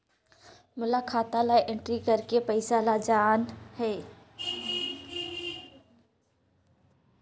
मोला खाता ला एंट्री करेके पइसा ला जान हे?